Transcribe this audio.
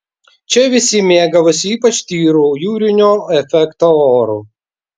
čia visi mėgavosi ypač tyru jūrinio efekto oru